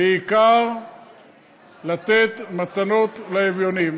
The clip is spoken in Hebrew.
בעיקר לתת מתנות לאביונים,